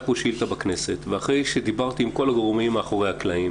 שאילתה בכנסת ואחרי שדיברתי עם כל הגורמים מאחורי הקלעים